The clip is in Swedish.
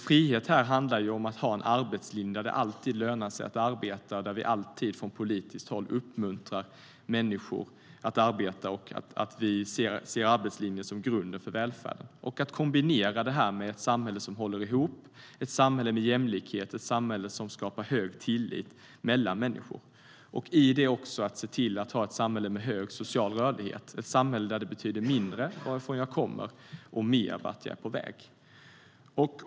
Frihet här handlar om att vi har en arbetslinje där det alltid lönar sig att arbeta, att vi alltid från politiskt håll uppmuntrar människor att arbeta och att vi ser arbetslinjen som grunden för välfärden. Det gäller att kombinera det med ett samhälle som håller ihop, ett samhälle med jämlikhet som skapar hög tillit mellan människor. I det ligger också att se till att ha ett samhälle med hög social rörlighet, ett samhälle där det betyder mindre varifrån jag kommer och mer vart jag är på väg. Herr talman!